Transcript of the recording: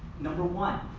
number one,